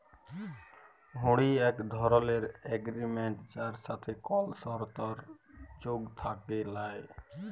হুঁড়ি এক ধরলের এগরিমেনট যার সাথে কল সরতর্ যোগ থ্যাকে ল্যায়